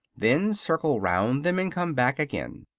then circle round them and come back again.